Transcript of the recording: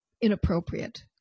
inappropriate